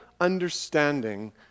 understanding